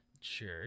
Sure